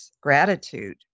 Gratitude